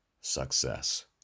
success